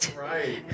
Right